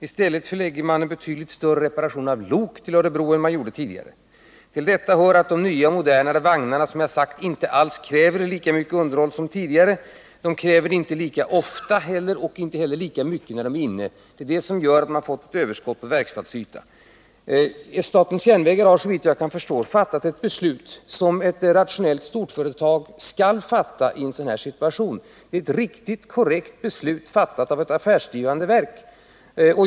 I stället förlägger man en betydligt större andel av reparationerna av lok till Örebro än man gjorde tidigare. Som jag sagt är det också så att de nya och modernare vagnarna inte alls kräver lika mycket underhåll som tidigare. De kräver inte underhåll lika ofta — och inte heller lika mycket underhåll som tidigare de gånger de är inne. Det är det som gör att man fått ett överskott på verkstadsyta. Statens järnvägar har, såvitt jag kan förstå, fattat ett beslut som ett rationellt storföretag skall fatta i en sådan här situation. Det är ett riktigt, korrekt beslut, fattat av ett affärsdrivande verk.